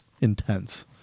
intense